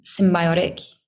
symbiotic